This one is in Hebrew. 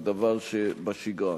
כדבר שבשגרה.